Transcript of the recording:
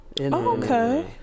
okay